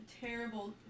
terrible